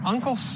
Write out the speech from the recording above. Uncle